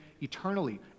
eternally